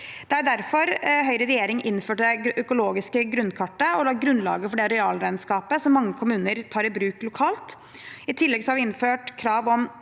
derfor Høyre i regjering innførte det økologiske grunnkartet og la grunnlaget for det arealregnskapet som mange kommuner tar i bruk lokalt. I tillegg har vi innført krav om